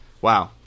Wow